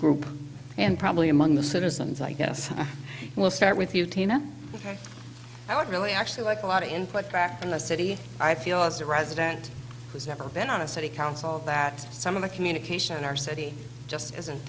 group and probably among the citizens i guess we'll start with you tina i would really actually like a lot of input back in the city i feel as a resident who's never been on a city council that some of the communication in our city just isn't